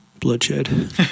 Bloodshed